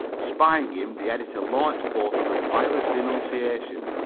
spying him, the editor launched forth on a violent denunciation,